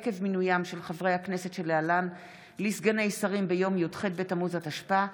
עקב מינוים של חברי הכנסת שלהלן לסגני שרים ביום י"ח בתמוז התשפ"א,